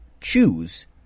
choose